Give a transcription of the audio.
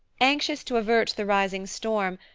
anxious to avert the rising storm,